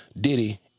Diddy